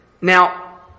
Now